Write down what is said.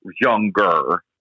younger